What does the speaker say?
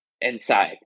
inside